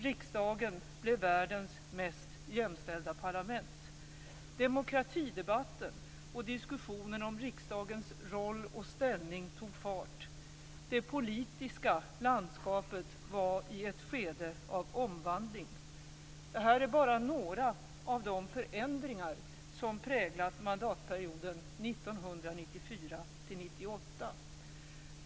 Riksdagen blev världens mest jämställda parlament. Demokratidebatten och diskussionen om riksdagens roll och ställning tog fart. Det politiska landskapet befann sig i ett skede av omvandling. Det här är bara några av de förändringar som präglat mandatperioden 1994-1998.